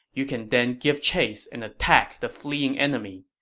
you can then give chase and attack the fleeing enemy.